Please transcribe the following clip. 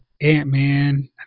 Ant-Man